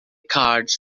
cards